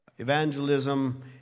evangelism